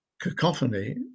cacophony